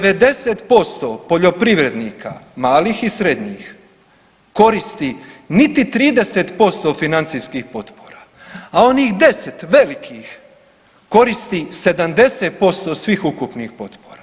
90% poljoprivrednika malih i srednjih koristi niti 30% financijskih potpora, a onih 10 velikih koristi 70% svih ukupnih potpora.